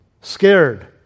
scared